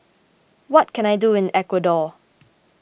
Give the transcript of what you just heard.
what can I do in Ecuador